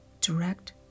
direct